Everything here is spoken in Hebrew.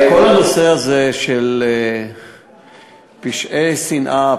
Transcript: כל הנושא הזה של פשעי שנאה,